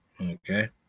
Okay